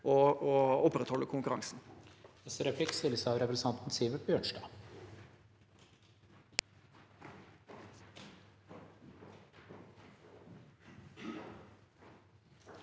å opprettholde konkurransen.